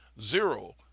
Zero